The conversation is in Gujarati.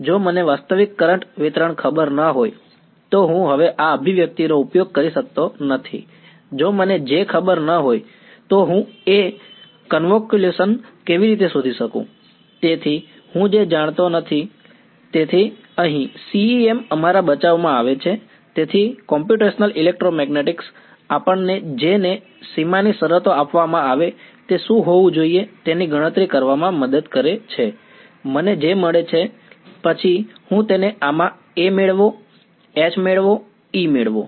જો મને વાસ્તવિક કરંટ વિતરણ ખબર ન હોય તો હું હવે આ અભિવ્યક્તિનો યોગ્ય ઉપયોગ કરી શકતો નથી જો મને J ખબર ન હોય તો હું A કન્વોલ્યુશન આપણને J ને સીમાની શરતો આપવામાં આવે તે શું હોવું જોઈએ તેની ગણતરી કરવામાં મદદ કરે છે મને J મળે છે પછી હું તેને આમાં A મેળવો H મેળવો E મેળવો